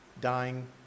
dying